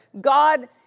God